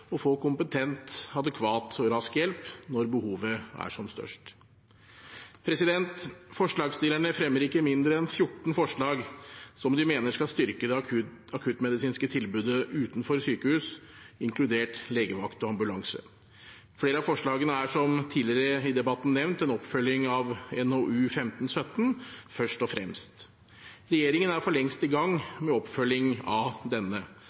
få kompetent, adekvat og rask hjelp når behovet er som størst. Forslagsstillerne fremmer ikke mindre enn 14 forslag som de mener skal styrke det akuttmedisinske tilbudet utenfor sykehus, inkludert legevakt og ambulanse. Flere av forslagene er, som nevnt tidligere i debatten, en oppfølging av NOU 2015: 17, Først og fremst. Regjeringen er for lengst i gang med oppfølging av denne,